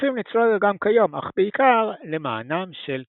מוסיפים לצלול גם כיום, אך בעיקר למענם של תיירים.